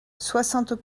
soixante